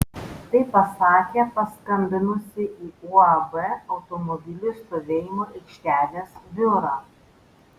tai pasakė paskambinusi į uab automobilių stovėjimo aikštelės biurą